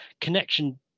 connection